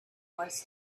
was